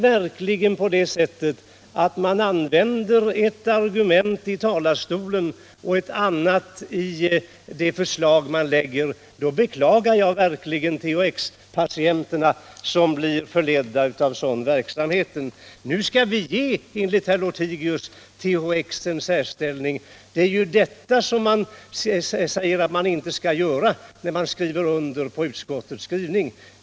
Om man använder ett argument i talarstolen och ett annat i det förslag man lägger fram beklagar jag verkligen THX-patienterna, som blir förledda av ett sådant handlande. Nu skall vi, enligt herr Lothigius uttalande i debatten, ge THX en särställning. Det är det ni har menat att man inte skall göra när ni har skrivit under på utskottets skrivning!